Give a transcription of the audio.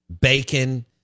bacon